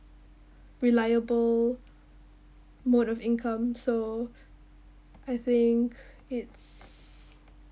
reliable mode of income so I think it's